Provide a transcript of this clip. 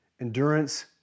Endurance